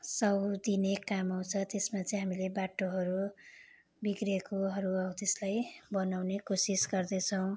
सौ दिने काम आउँछ त्यसमा चाहिँ हामीले बाटोहरू बिग्रेकोहरू हो त्यसलाई बनाउने कोसिस गर्दछौँ